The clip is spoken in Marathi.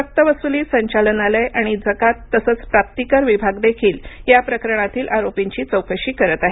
सक्तवसुली संचालनालय आणि जकात तसंच प्राप्ती कर विभाग देखील या प्रकरणातील आरोपींची चौकशी करत आहे